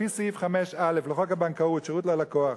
לפי סעיף 5א לחוק הבנקאות (שירות ללקוח),